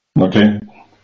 Okay